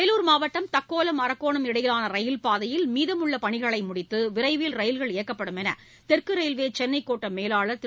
வேலூர் மாவட்டம் தக்கோலம் அரக்கோணம் இடையிலான ரயில்பாதையில் மீதமுள்ள பணிகளை முடித்து விரைவில் ரயில்கள் இயக்கப்படும் என்று தெற்கு ரயில்வே சென்னை கோட்ட மேலாளர் திரு